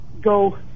go